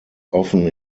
often